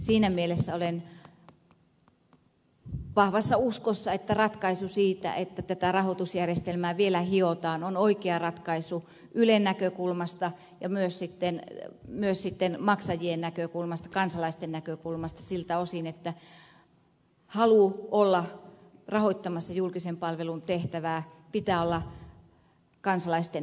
siinä mielessä olen vahvassa uskossa että se ratkaisu että tätä rahoitusjärjestelmää vielä hiotaan on oikea ratkaisu ylen näkökulmasta ja myös maksajien kansalaisten näkökulmasta siltä osin että halun olla rahoittamassa julkisen palvelun tehtävää pitää olla kansalaisten hyväksymä